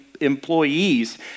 employees